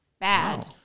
Bad